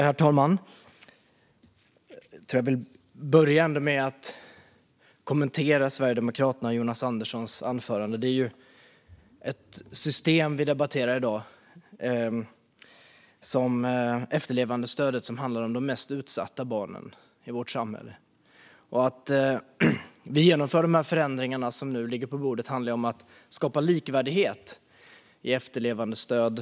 Herr talman! Jag vill börja med att kommentera anförandet från Sverigedemokraternas Jonas Andersson. Vi debatterar nu systemet för efterlevandestödet. Det handlar om de mest utsatta barnen i vårt samhälle. Vi genomför de förändringar som nu ligger på bordet för att skapa likvärdighet vad gäller efterlevandestödet.